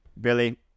Billy